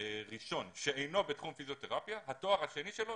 ראשון שאינו בתחום פיזיותרפיה, התואר השני שלו